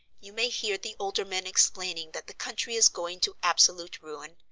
you may hear the older men explaining that the country is going to absolute ruin,